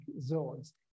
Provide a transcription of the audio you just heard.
zones